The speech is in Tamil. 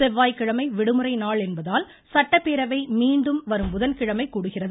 செவ்வாய்கிழமை விடுமுறை நாள் என்பதால் சட்டப்பேரவை மீண்டும் வரும் புதன்கிழமை கூடுகிறது